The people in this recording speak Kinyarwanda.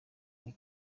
iri